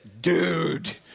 dude